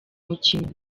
mukino